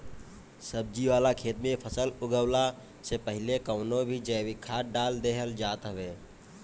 सब्जी वाला खेत में फसल उगवला से पहिले कवनो भी जैविक खाद डाल देहल जात हवे